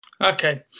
Okay